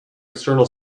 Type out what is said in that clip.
external